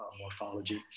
morphology